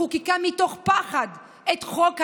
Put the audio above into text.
חוקקה מתוך פחד את חוק הלאום,